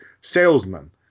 salesman